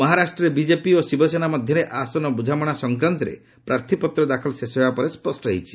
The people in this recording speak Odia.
ମହାରାଷ୍ଟ୍ରରେ ବିଜେପି ଓ ଶିବସେନା ମଧ୍ୟରେ ଆସନ ବୁଝାମଣା ସଂକ୍ରାନ୍ତରେ ପ୍ରାର୍ଥପତ୍ର ଦାଖଲ ଶେଷ ହେବା ପରେ ସ୍ୱଷ୍ଟ ହୋଇଛି